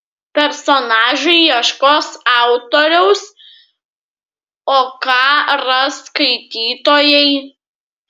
personažai ieškos autoriaus o ką ras skaitytojai